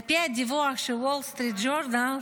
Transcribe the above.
על פי הדיווח של וול סטריט ג'ורנל,